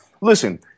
listen